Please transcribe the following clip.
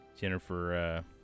Jennifer